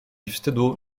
wstydu